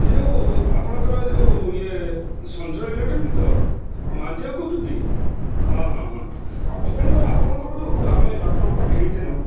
ଏ ଯେଉଁ ଆପଣଙ୍କର ଏ ଯେଉଁ ଇଏ ସଞ୍ଜୟ ଇଲେକ୍ଟ୍ରୋନିକ୍ସ ତ ମହାନ୍ତି ବାବୁ କହୁଚନ୍ତି ହଁ ହଁ ହଁ ତେଣୁ କରି ଆପଣଙ୍କର ଯେଉଁ ଆମେ ଲାପଟପ୍ଟା କିଣିଥିଲୁ